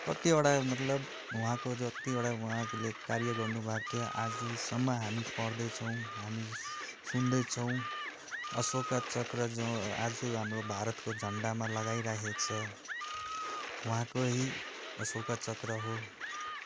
कतिवटा मतलब उहाँको जतिवटा उहाँले कार्य गर्नु भएको थियो आजसम्म हामी पढ्दैछौँ हामी सुन्दैछौँ अशोका चक्र जो आज हाम्रो भारतको झन्डामा लगाइराखेको छ उहाँकै अशोका चक्र हो